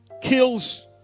kills